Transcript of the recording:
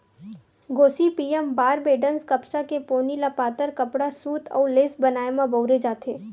Gossypium barbadense कपसा के पोनी ल पातर कपड़ा, सूत अउ लेस बनाए म बउरे जाथे